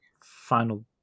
final